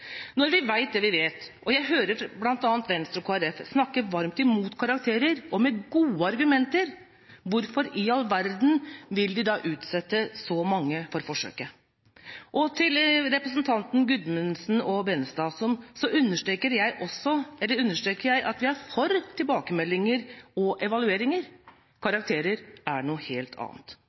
Når vi vet det vi vet – og jeg hører bl.a. Venstre og Kristelig Folkeparti snakke varmt imot karakterer, og med gode argumenter – hvorfor i all verden vil de da utsette så mange for forsøket? Og til representantene Gudmundsen og Tveiten Benestad: Jeg understreker at vi er for tilbakemeldinger og evalueringer. Karakterer er noe helt annet.